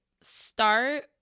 start